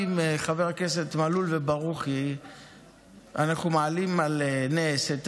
עם חברי הכנסת מלול וברוכי אנחנו מעלים על נס את